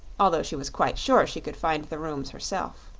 although she was quite sure she could find the rooms herself.